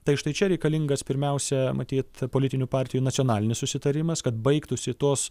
tai štai čia reikalingas pirmiausia matyt politinių partijų nacionalinis susitarimas kad baigtųsi tos